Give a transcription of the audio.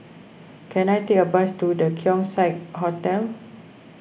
can I take a bus to the Keong Saik Hotel